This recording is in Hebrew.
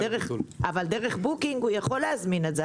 אבל דרך בוקינג הוא יכול להזמין את זה.